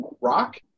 rock